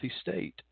state